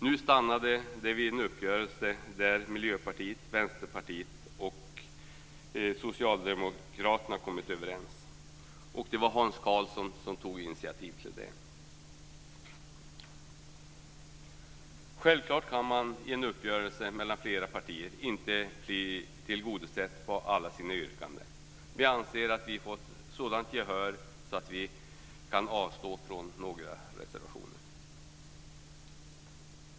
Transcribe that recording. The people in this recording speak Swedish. Nu stannade det vid en uppgörelse där Miljöpartiet, Vänsterpartiet och Socialdemokraterna kommit överens. Det var Hans Karlsson som tog initiativ till det. Självklart kan man i en uppgörelse mellan flera partier inte få alla sina yrkanden tillgodosedda. Vi anser att vi har fått sådant gehör att vi kan avstå från några reservationer.